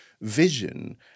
vision